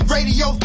Radio